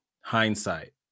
hindsight